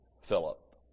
Philip